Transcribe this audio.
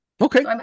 Okay